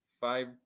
five